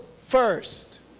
first